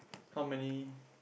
how many